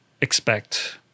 expect